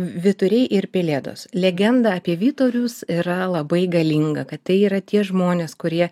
vyturiai ir pelėdos legenda apie vyturius yra labai galinga kad tai yra tie žmonės kurie